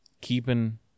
keeping